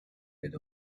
rid